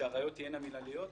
שהראיות יהיו מינהליות,